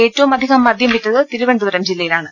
ഏറ്റവും അധികം മദ്യം വിറ്റത് തിരുവനന്തപുരം ജില്ലയി ലാണ്